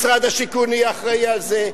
משרד השיכון יהיה אחראי לזה,